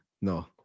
No